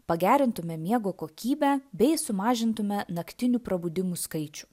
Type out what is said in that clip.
pagerintume miego kokybę bei sumažintume naktinių prabudimų skaičių